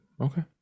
okay